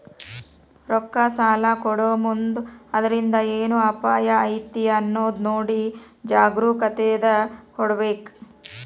ರೊಕ್ಕಾ ಸಲಾ ಕೊಡೊಮುಂದ್ ಅದ್ರಿಂದ್ ಏನ್ ಅಪಾಯಾ ಐತಿ ಅನ್ನೊದ್ ನೊಡಿ ಜಾಗ್ರೂಕತೇಂದಾ ಕೊಡ್ಬೇಕ್